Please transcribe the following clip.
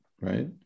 right